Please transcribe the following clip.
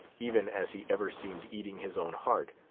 even as he ever seemed eating his own heart,